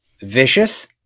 vicious